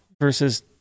versus